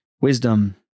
Wisdom